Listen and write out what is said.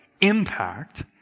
impact